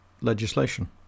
legislation